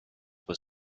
was